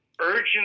Urgent